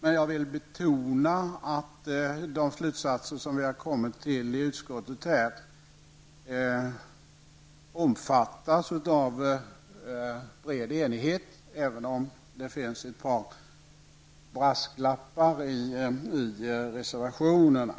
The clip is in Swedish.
Men jag vill betona att de slutsatser som vi har kommit fram till i utskottet omfattas av en bred enighet, även om det finns ett par brasklappar i reservationerna.